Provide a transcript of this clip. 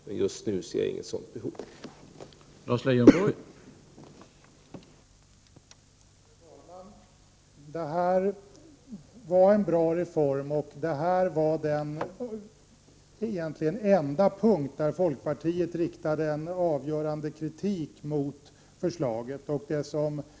Men just nu ser jag inget behov av att vidta någon förändring.